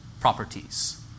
properties